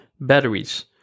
batteries